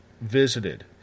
visited